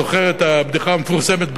זוכר את הבדיחה המפורסמת,